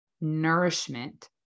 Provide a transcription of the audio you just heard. nourishment